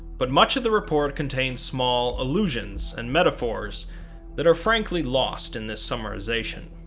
but much of the report contains small allusions and metaphors that are frankly lost in this summarization.